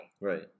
right